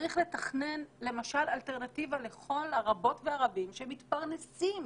צריך לתכנן למשל אלטרנטיבה לכל הרבות והרבים שמתפרנסים